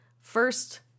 first